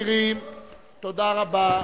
מי נמנע?